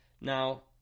Now